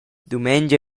dumengia